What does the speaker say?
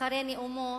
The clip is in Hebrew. אחרי נאומו